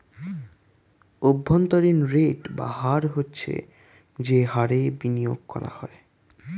অভ্যন্তরীণ রেট বা হার হচ্ছে যে হারে বিনিয়োগ করা হয়